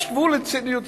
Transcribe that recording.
יש גבול לציניות,